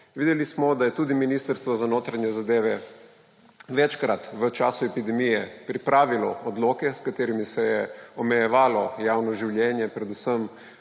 Videli smo, da je tudi Ministrstvo za notranje zadeve večkrat v času epidemije pripravilo odloke, s katerimi se je omejevalo javno življenje, predvsem